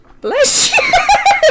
bless